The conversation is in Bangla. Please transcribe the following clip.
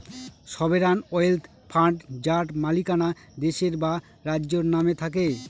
সভেরান ওয়েলথ ফান্ড যার মালিকানা দেশের বা রাজ্যের নামে থাকে